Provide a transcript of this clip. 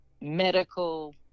medical